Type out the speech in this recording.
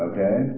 Okay